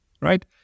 right